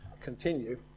continue